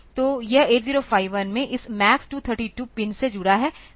तो यह 8051 इस MAX232 पिन से जुड़ा है